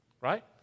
right